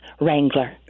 wrangler